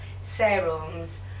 serums